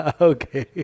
Okay